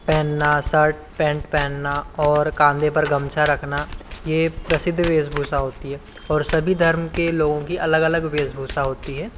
पहनना shirt pant पहनना और कांधे पर गमछा रखना ये प्रसिद्ध वेशभूषा होती है और सभी धर्म के लोगों की अलग अलग वेशभूषा होती है